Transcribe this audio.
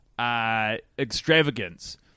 extravagance